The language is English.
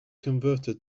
converted